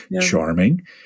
Charming